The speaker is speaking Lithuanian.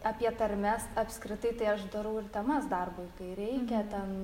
apie tarmes apskritai tai aš darau ir temas darbui kai reikia ten